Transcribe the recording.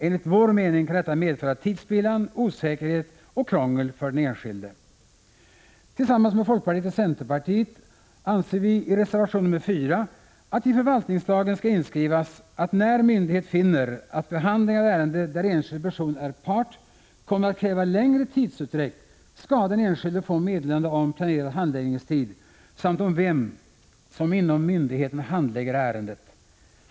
Enligt vår mening kan detta medföra tidspillan, osäkerhet och krångel för den enskilde. Folkpartiet, centerpartiet och vi moderater säger i reservation nr 4 att vi anser att i förvaltningslagen skall inskrivas att när myndighet finner att behandling av ärende där enskild person är part kommer att kräva längre tidsutdräkt, skall den enskilde få meddelande om planerad handläggningstid samt om vem inom myndigheten som handlägger ärendet.